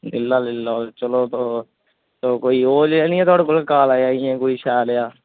नीला लेई लैओ चलो ओह् कोई ओह् जेहा निं ऐ थुआढ़े कोल शैल जेहा